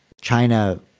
China